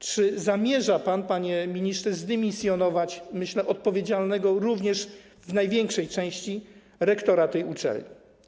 Czy zamierza pan, panie ministrze, zdymisjonować, jak myślę, odpowiedzialnego również w największej części rektora tej uczelni?